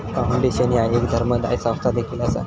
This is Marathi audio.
फाउंडेशन ह्या एक धर्मादाय संस्था देखील असा